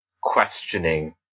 questioning